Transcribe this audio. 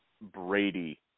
Brady